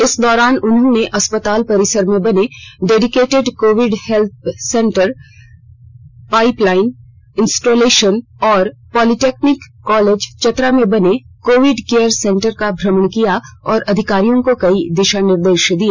इस दौरान उन्होंने अस्पताल परिसर में बने dedicated Covid health centre pipeline installation और पॉलीटेक्निक कॉलेज चतरा में बने कोविड केयर सेंटर का भ्रमण किया और अधिकारियों को कई दिशा निर्देश दिए